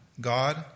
God